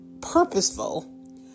purposeful